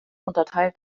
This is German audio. unterteilt